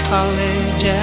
College